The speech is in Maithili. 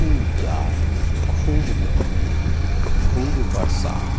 खूब जाड़ खूब गर्मी आओर खूब बरसात